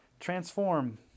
transform